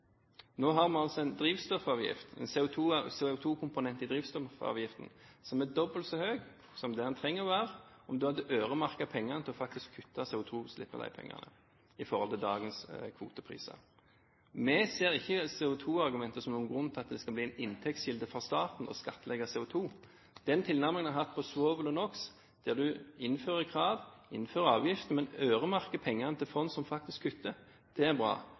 Nå har vi en CO2-komponent i drivstoffavgiften som er dobbelt så høy som det den trenger å være – om man hadde øremerket pengene til faktisk å kutte CO2-utslippene for de pengene, i forhold til dagens kvotepriser. Vi ser ikke CO2-argumentet som noen grunn til at det skal bli en inntektskilde for staten å skattlegge CO2. Den tilnærmingen en har hatt når det gjelder svovel og NOx – der en innfører krav, innfører avgift, men øremerker pengene til fond som faktisk kutter – er bra.